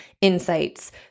insights